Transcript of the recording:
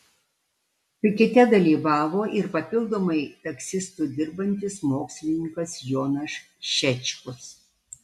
pikete dalyvavo ir papildomai taksistu dirbantis mokslininkas jonas šečkus